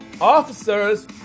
officers